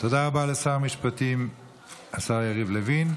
תודה רבה לשר המשפטים השר יריב לוין.